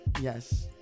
yes